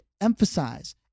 emphasize